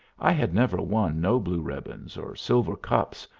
i had never won no blue ribbons or silver cups,